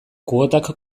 kuotak